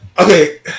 Okay